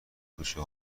کوچه